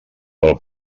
del